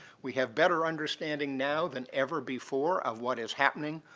we have better understanding now than ever before of what is happening,